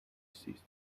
ceased